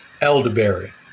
elderberry